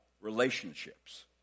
relationships